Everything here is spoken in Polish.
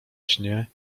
śnie